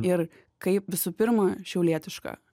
ir kaip visų pirma šiaulietiška